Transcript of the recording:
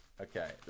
Okay